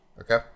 Okay